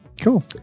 Cool